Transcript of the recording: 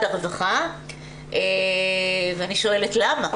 הרווחה ואני שואלת למה.